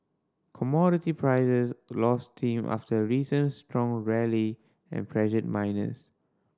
commodity prices lost steam after a recent strong rally and pressured miners